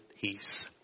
peace